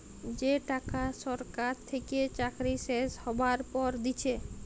যে টাকা সরকার থেকে চাকরি শেষ হ্যবার পর দিচ্ছে